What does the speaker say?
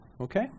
Okay